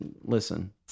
listen